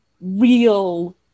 real